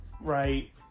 right